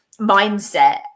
mindset